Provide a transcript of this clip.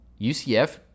UCF